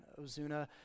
Ozuna